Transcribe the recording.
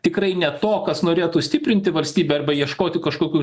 tikrai ne to kas norėtų stiprinti valstybę arba ieškoti kažkokių